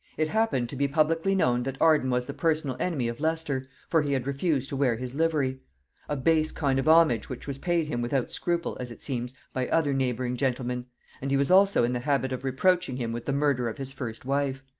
it happened to be publicly known that arden was the personal enemy of leicester, for he had refused to wear his livery a base kind of homage which was paid him without scruple, as it seems, by other neighbouring gentlemen and he was also in the habit of reproaching him with the murder of his first wife.